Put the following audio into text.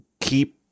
keep